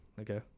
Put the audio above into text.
Okay